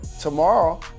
tomorrow